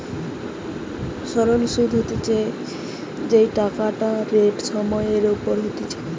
সরল সুধ হতিছে যেই টাকাটা রেট সময় এর ওপর হতিছে